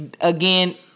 again